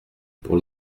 pour